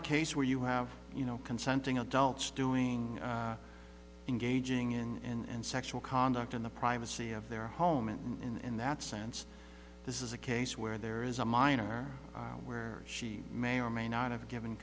a case where you have you know consenting adults doing engaging in sexual conduct in the privacy of their home and in that sense this is a case where there is a minor where she may or may not have given